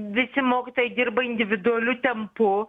visi mokytojai dirba individualiu tempu